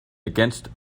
against